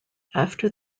after